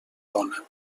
dona